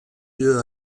lieu